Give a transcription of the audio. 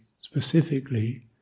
specifically